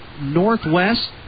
Northwest